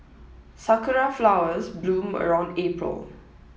sakura flowers bloom around April